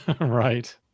Right